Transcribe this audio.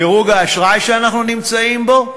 דירוג האשראי שאנחנו נמצאים בו,